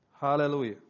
Hallelujah